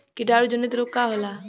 कीटाणु जनित रोग का होला?